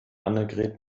annegret